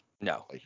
no